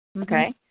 Okay